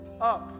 up